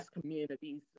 communities